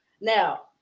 Now